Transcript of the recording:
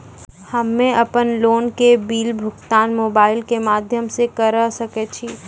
हम्मे अपन लोन के बिल भुगतान मोबाइल के माध्यम से करऽ सके छी?